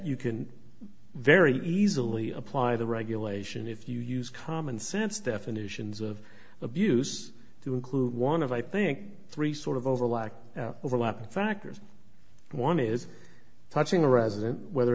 you can very easily apply the regulation if you use commonsense definitions of abuse to include one of i think three sort of overlap overlapping factors one is touching a resident whether